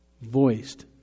voiced